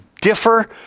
differ